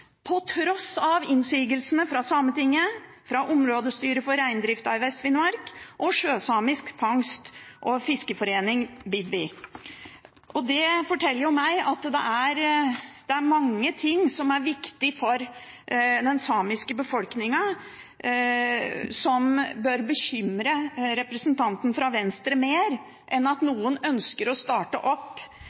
på tross av innsigelser fra Sametinget, fra områdestyret for reindriften i Vest-Finnmark og fra den sjøsamiske fangst- og fiskeforeningen Bivdi. Det forteller meg at det er mange ting som er viktig for den samiske befolkningen, som bør bekymre representanten fra Venstre mer enn at noen ønsker å starte